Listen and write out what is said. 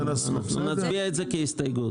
נצביע על זה כהסתייגות.